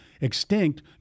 extinct